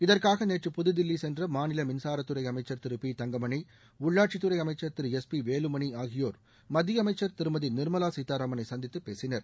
இதற்காக நேற்று புதுதில்லி சென்ற மாநில மின்சாரத் துறை அமைச்ச் திரு பி தங்கமணி உள்ளாட்சித்துறை அமைச்ச் திரு எஸ் பி வேலுமணி ஆகியோர் மத்திய அமைச்சா் திருமதி நிாமலா சீதாராமனை சந்தித்து பேசினர்